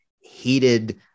heated